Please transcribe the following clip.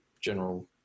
general